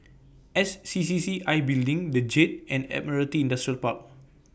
S C C C I Building The Jade and Admiralty Industrial Park